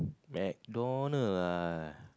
McDonald ah